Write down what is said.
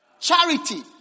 Charity